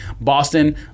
Boston